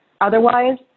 Otherwise